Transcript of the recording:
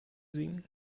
singen